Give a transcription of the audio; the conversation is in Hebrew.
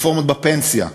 רפורמות בפנסיה,